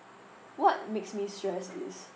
what makes me stressed is